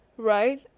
Right